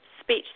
speech